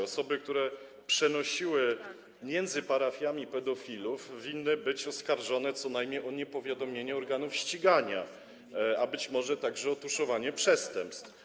Osoby, które przenosiły między parafiami pedofilów, winny być oskarżone co najmniej o niepowiadomienie organów ścigania, a być może także o tuszowanie przestępstw.